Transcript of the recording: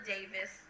Davis